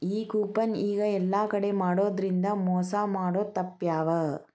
ಈ ಕೂಪನ್ ಈಗ ಯೆಲ್ಲಾ ಕಡೆ ಮಾಡಿದ್ರಿಂದಾ ಮೊಸಾ ಮಾಡೊದ್ ತಾಪ್ಪ್ಯಾವ